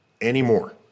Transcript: anymore